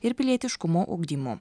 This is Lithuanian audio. ir pilietiškumo ugdymu